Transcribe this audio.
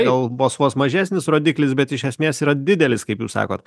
gal vos vos mažesnis rodiklis bet iš esmės yra didelis kaip jūs sakot